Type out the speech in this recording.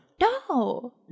No